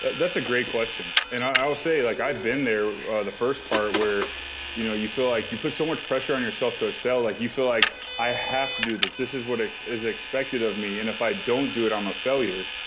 that's a great question. and i'll i'll say like i've been there the first part where you know you feel like, you put so much pressure on yourself to excel. like you feel like i have to do this. this is what is expected of me and if i don't do um a failure.